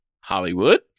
Hollywood